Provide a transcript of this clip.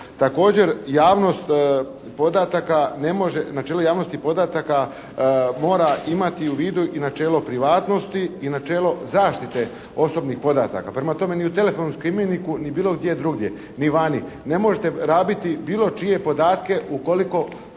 može, načelo javnosti podataka mora imati u vidu i načelo privatnosti i načelo zaštite osobnih podataka. Prema tome ni u telefonskom imeniku ni bilo gdje drugdje ni vani ne možete rabiti bilo čije podatke ukoliko